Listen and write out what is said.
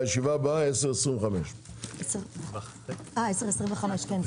הישיבה ננעלה בשעה 10:00.